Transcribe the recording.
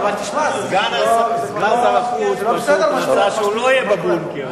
סגן שר החוץ פשוט רצה שהוא לא יהיה בבונקר,